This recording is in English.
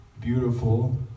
beautiful